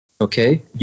Okay